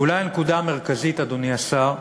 ואולי הנקודה המרכזית, אדוני השר,